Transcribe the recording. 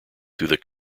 through